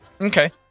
Okay